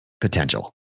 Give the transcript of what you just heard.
potential